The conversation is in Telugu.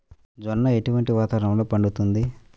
జొన్న ఎటువంటి వాతావరణంలో పండుతుంది?